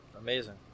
Amazing